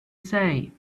say